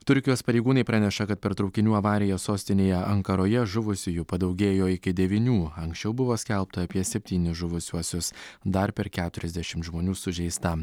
turkijos pareigūnai praneša kad per traukinių avariją sostinėje ankaroje žuvusiųjų padaugėjo iki devynių anksčiau buvo skelbta apie septynis žuvusiuosius dar per keturiasdešim žmonių sužeista